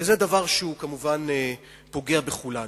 וזה דבר שכמובן פוגע בכולנו.